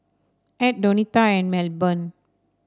Edd Donita and Milburn